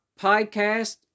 podcast